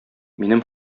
минем